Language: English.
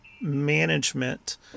management